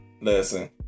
Listen